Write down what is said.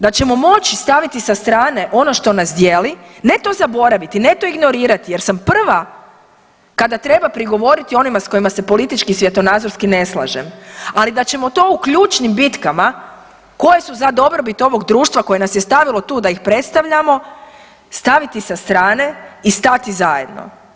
Da ćemo moći staviti sa strane ono što nas dijeli, ne to zaboraviti, ne to ignorirati jer sam prva kada treba prigovoriti onima s kojima se politički i svjetonazorski ne slažem, ali da ćemo to u ključnim bitkama koje su za dobrobit ovog društva koje nas je stavilo tu da ih predstavljamo, staviti sa strane i stati zajedno.